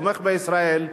תומך בישראל.